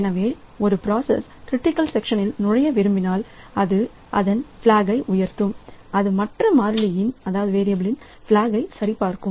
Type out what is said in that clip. எனவே ஒரு process critical செக்ஷனில் நுழைய விரும்பினால் அது அதன் பிளாக் உயர்த்தும் அது மற்ற மாறியின் பிளாக் சரிபார்க்கும்